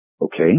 Okay